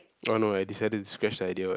oh no I decided to scratch that idea [what]